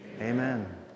Amen